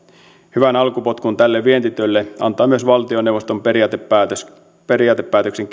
hyvän alkupotkun tälle vientityölle antaa myös valtioneuvoston periaatepäätöksen periaatepäätöksen